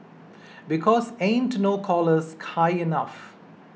because ain't no collars high enough